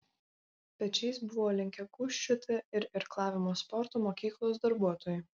pečiais buvo linkę gūžčioti ir irklavimo sporto mokyklos darbuotojai